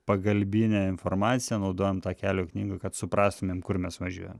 pagalbinę informaciją naudojam tą kelio knygą kad suprastumėm kur mes važiuojam